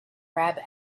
arab